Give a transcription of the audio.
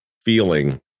feeling